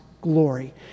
glory